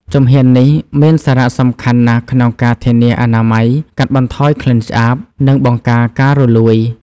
ជំហាននេះមានសារៈសំខាន់ណាស់ក្នុងការធានាអនាម័យ កាត់បន្ថយក្លិនឆ្អាប និងបង្ការការរលួយ។